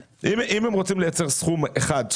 אם הם רוצים לייצר סכום אחד,